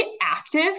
active